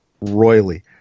royally